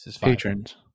patrons